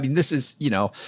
i mean this is, you know,